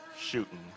shooting